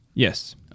Yes